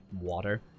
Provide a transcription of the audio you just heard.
water